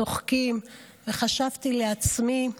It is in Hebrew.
צוחקים, וחשבתי לעצמי: